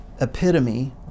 epitome